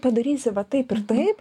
padarysi va taip ir taip